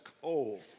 cold